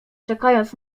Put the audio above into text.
czekając